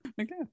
Okay